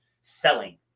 selling